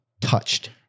touched